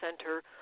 Center